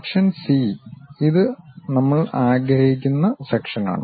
section C ഇത് നമ്മൾ ആഗ്രഹിക്കുന്ന സെക്ഷനാണ്